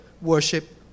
worship